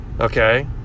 Okay